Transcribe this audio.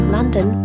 London